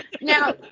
now